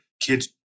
kids